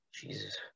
Jesus